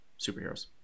superheroes